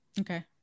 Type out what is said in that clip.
okay